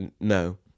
No